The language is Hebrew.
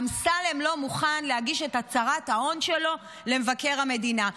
אמסלם לא מוכן להגיש את הצהרת ההון שלו למבקר המדינה.